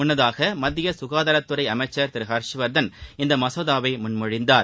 முன்னதாக மத்திய சுகாதாரத் துறை அமைச்சர் திரு ஹர்ஷ் வர்தன் இந்த மசோதாவை முன்மொழிந்தார்